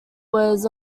was